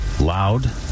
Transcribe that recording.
Loud